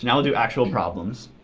and we'll do actual problems.